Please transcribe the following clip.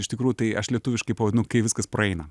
iš tikrųjų tai aš lietuviškai pavadinai kai viskas praeina